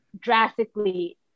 drastically